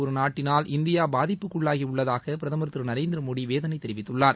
ஒரு நாட்டினால் இந்தியா பாதிப்புக்குள்ளாகி உள்ளதாக பிரதமர் திரு நரேந்திர மோடி வேதனை தெரிவித்துள்ளார்